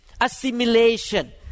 assimilation